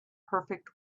perfect